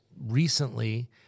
recently